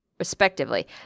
Respectively